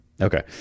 Okay